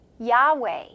Yahweh